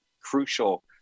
crucial